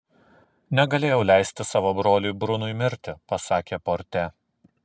negalėjau leisti savo broliui brunui mirti pasakė porte